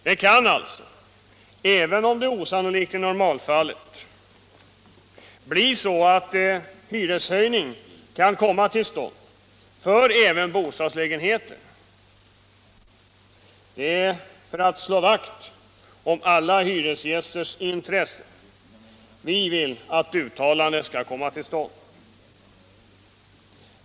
Det kan också — även om det är osannolikt i normalfallet — bli så att hyreshöjning kan komma till stånd även för bostadslägenheter. Det är för att slå vakt om alla hyresgästers intressen som vi vill att uttalandet skall komma till stånd.